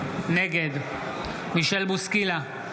נגד מישל בוסקילה,